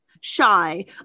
shy